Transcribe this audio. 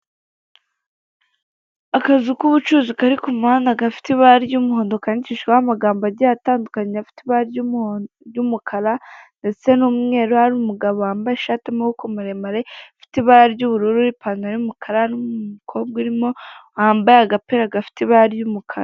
Akazu k'ubucuruzi kari kumuhanda gafite ibara ry'umuhondo kandikishijweho amagambo agiye atandukanye afite ibara ry'umukara ndetse n'umweru hari umugabo wambaye ishati y'amaboko maremare ifite ibara ry'ubururu n'ipantaro y'umukara n'umukobwa urimo wambaye agapura gafite ibara ry'umukara